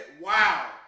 Wow